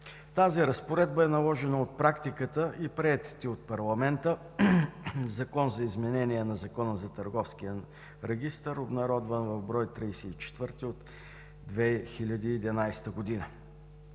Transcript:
Тази разпоредба е наложена от практиката и приетите от парламента Закон за изменение на Закона за търговския регистър, обнародван в бр. 34 от 2011 г.,